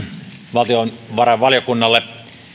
valtiovarainvaliokunnalle